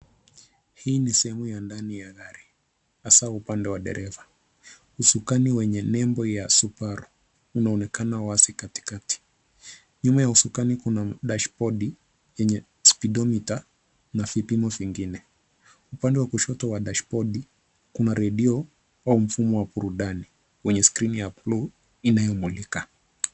Hii ni sehemu ya ndani ya gari hasa upande wa dereva. Usukani wenye nembo ya subaru unaonekana wazi katikati. Nyuma ya usukani kuna dashbodi yenye (cs)speedometer (cs) na vipimo vingine. Upande wa kushoto wa dashbodi kuna redio au mfumo wa burudani wenye skreni ya (cs)blue(cs) inayomulika.